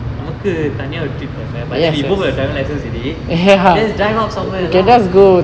நமக்கு தனியா ஒரு:namakku thaniyaa oru trip தேவ:theva but then we both got driving license already then let's drive out somewhere lah